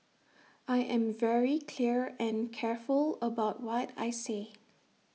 I am very clear and careful about what I say